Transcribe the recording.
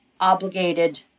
obligated